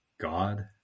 God